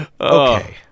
Okay